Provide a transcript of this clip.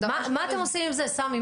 מה אתם עושים עם זה, סמי?